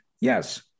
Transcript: yes